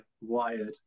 wired